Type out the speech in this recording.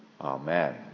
Amen